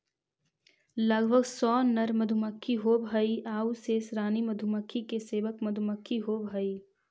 लगभग सौ नर मधुमक्खी होवऽ हइ आउ शेष रानी मधुमक्खी के सेवक मधुमक्खी होवऽ हइ